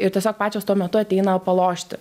ir tiesiog pačios tuo metu ateina palošti